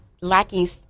lacking